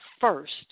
first